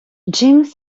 jim